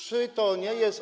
Czy to nie jest.